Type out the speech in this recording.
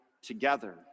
together